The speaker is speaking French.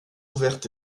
ouverte